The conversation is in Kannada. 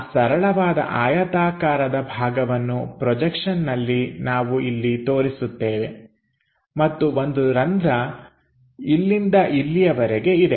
ಆ ಸರಳವಾದ ಆಯತಾಕಾರದ ಭಾಗವನ್ನು ಪ್ರೊಜೆಕ್ಷನ್ನಲ್ಲಿ ನಾವು ಇಲ್ಲಿ ತೋರಿಸುತ್ತೇವೆ ಮತ್ತು ಒಂದು ರಂಧ್ರ ಇಲ್ಲಿಂದ ಇಲ್ಲಿಯವರೆಗೆ ಇದೆ